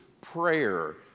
prayer